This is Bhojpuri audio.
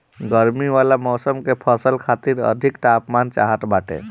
गरमी वाला मौसम के फसल खातिर अधिक तापमान चाहत बाटे